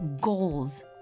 goals